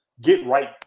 get-right